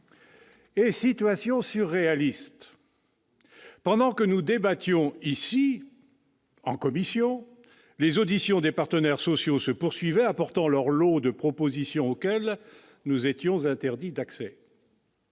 Situation surréaliste, pendant que nous débattions en commission, les auditions des partenaires sociaux se poursuivaient, apportant leur lot de propositions auxquelles nous n'avions pas accès.